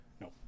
No